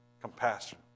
Compassion